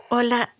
Hola